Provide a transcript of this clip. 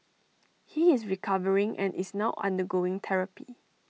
he is recovering and is now undergoing therapy